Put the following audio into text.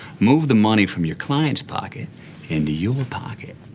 move the money from your client's pocket into your pocket.